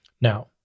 Now